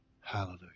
Hallelujah